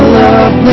love